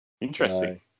interesting